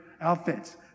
outfits